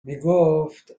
میگفت